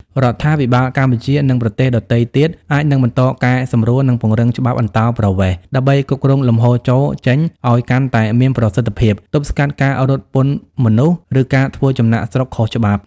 រដ្ឋាភិបាលកម្ពុជា និងប្រទេសដទៃទៀតអាចនឹងបន្តកែសម្រួល និងពង្រឹងច្បាប់អន្តោប្រវេសន៍ ដើម្បីគ្រប់គ្រងលំហូរចូល-ចេញឱ្យកាន់តែមានប្រសិទ្ធភាព ទប់ស្កាត់ការរត់ពន្ធមនុស្ស ឬការធ្វើចំណាកស្រុកខុសច្បាប់។